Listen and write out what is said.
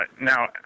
now